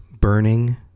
burning